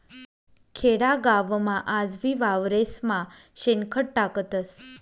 खेडागावमा आजबी वावरेस्मा शेणखत टाकतस